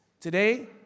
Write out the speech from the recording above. Today